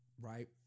right